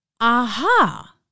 Aha